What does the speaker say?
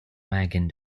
wagon